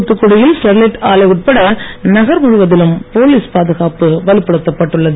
தூத்துக்குடி யில் ஸ்டெர்லைட் ஆலை உட்பட நகர் முழுவதிலும் போலீஸ் பாதுகாப்பு வலுப்படுத்தப் பட்டுள்ளது